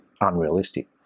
unrealistic